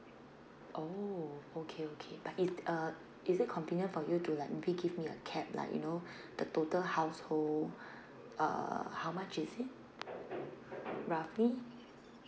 oh okay okay but is uh is it convenient for you to like maybe give me a cap like you know the total household uh how much is it roughly